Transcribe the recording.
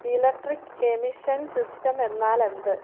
electric emission system എന്നാൽ എന്ത്